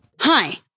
Hi